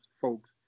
folks